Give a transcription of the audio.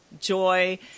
joy